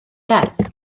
gerdd